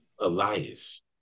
Elias